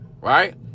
right